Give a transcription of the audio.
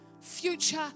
future